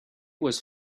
was